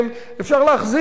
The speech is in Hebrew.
אפשר להחזיר אותם.